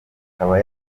ikaba